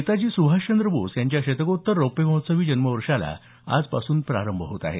नेताजी सुभाषचंद्र बोस यांच्या शतकोत्तर रौप्यमहोत्सवी जन्मवर्षाला आजपासून प्रारंभ होत आहे